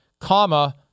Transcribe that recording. comma